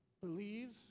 believe